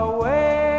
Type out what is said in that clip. Away